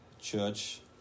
church